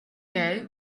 gay